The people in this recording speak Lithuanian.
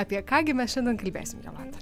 apie ką gi mes šiandien kalbėsim jolanta